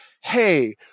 hey